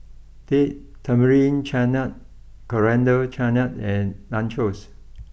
date Tamarind Chutney Coriander Chutney and Nachos